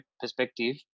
perspective